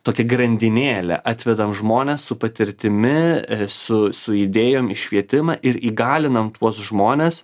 tokia grandinėlė atvedam žmones su patirtimi su su idėjom į švietimą ir įgalinam tuos žmones